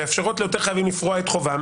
מאפשרות ליותר חייבים לפרוע את חובם,